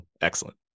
excellent